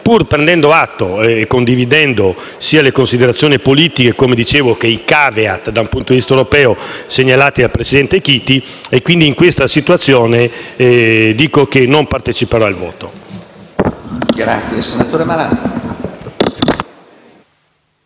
Pur prendendo atto e condividendo sia le considerazioni politiche che i *caveat* dal punto di vista europeo segnalati dal presidente Chiti, in questa situazione annuncio che non parteciperò al voto